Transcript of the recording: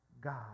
God